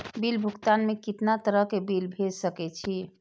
Bill भुगतान में कितना तरह के बिल भेज सके छी?